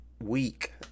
week